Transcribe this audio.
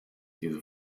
diese